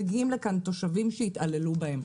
מגיעים לכאן תושבים שהתעללו בהם.